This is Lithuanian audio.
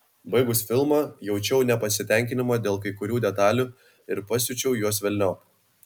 baigus filmą jaučiau nepasitenkinimą dėl kai kurių detalių ir pasiučiau juos velniop